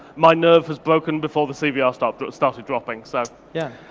my nerves has broken before the cbr started started dropping, so, yeah.